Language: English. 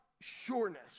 sureness